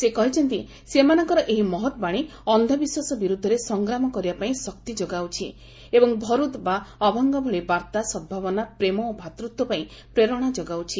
ସେ କହିଚ୍ଚନ୍ତି ସେମାନଙ୍କର ଏହି ମହତ ବାଣୀ ଅନ୍ଧବିଶ୍ୱାସ ବିରୁଦ୍ଧରେ ସଂଗ୍ରାମ କରିବା ପାଇଁ ଶକ୍ତି ଯୋଗାଉଛି ଏବଂ ଭରୁଦ୍ ବା ଅଭଙ୍ଗ ଭଳି ବାର୍ତ୍ତା ସଦ୍ଭାବନା ପ୍ରେମ ଓ ଭ୍ରାତୃତ୍ୱ ପାଇଁ ପ୍ରେରଣା ଯୋଗାଉଛି